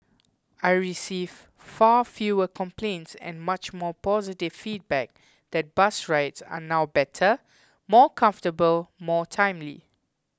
I receive far fewer complaints and much more positive feedback that bus rides are now better more comfortable more timely